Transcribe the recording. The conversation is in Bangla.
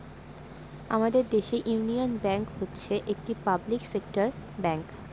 আমাদের দেশের ইউনিয়ন ব্যাঙ্ক হচ্ছে একটি পাবলিক সেক্টর ব্যাঙ্ক